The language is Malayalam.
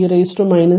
5 e 2